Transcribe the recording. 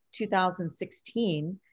2016